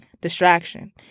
distraction